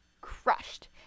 crushed